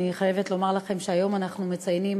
אני חייבת לומר לכם שהיום אנחנו מציינים